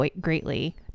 Greatly